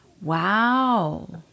Wow